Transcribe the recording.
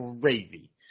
crazy